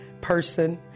person